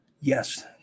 Yes